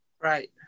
Right